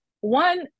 One